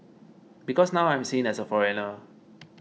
because now I'm seen as a foreigner